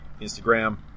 Instagram